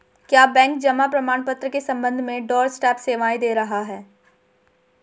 क्या बैंक जमा प्रमाण पत्र के संबंध में डोरस्टेप सेवाएं दे रहा है?